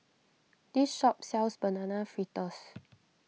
this shop sells Banana Fritters